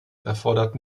erfordert